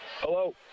Hello